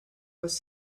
was